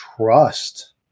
trust